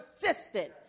persistent